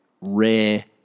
rare